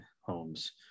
homes